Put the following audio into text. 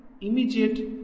immediate